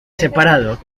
separado